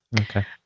Okay